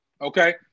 Okay